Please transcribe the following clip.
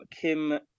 Kim